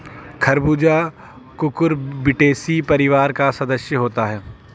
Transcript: खरबूजा कुकुरबिटेसी परिवार का सदस्य होता है